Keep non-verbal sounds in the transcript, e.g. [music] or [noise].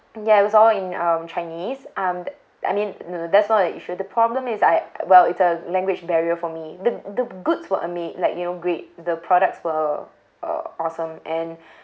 ya it was all in um chinese and I mean that's not the issue the problem is I well it's a language barrier for me the the goods were ama~ like you know great the products were uh awesome and [breath]